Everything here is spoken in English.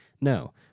No